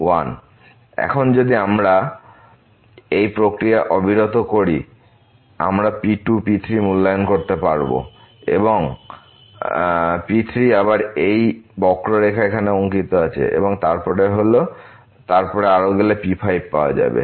এবং এখন যদি আমরা এই প্রক্রিয়া অবিরত করি আমরাP2 P3 মূল্যায়ন করতে পারবো P3আবার আমরা এই বক্ররেখা এখানে অঙ্কিত আছে এবং তারপর আরো গেলে P5 পাওয়া যাবে